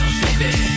baby